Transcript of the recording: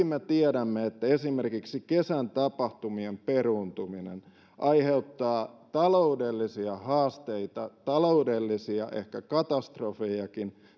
me tiedämme että esimerkiksi kesän tapahtumien peruuntuminen aiheuttaa taloudellisia haasteita ehkä taloudellisia katastrofejakin